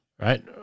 right